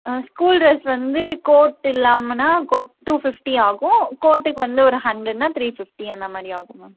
ஆ school dress வந்து coat இல்லாமன்னா coat two fifty ஆகும் கோட்டுக்கு வந்து ஒரு ஹண்ரட்ன்னா த்ரீ ஃபிஃப்டி அந்த மாதிரி ஆகும் மேம்